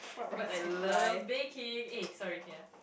but I love baking aye sorry ya